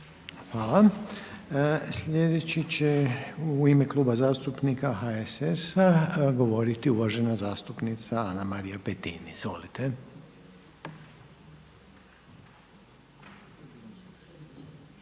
Hvala. Slijedeći će u ime Kluba zastupnika HSS-a govoriti uvažena zastupnica Ana-Marija Petin. Izvolite.